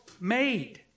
made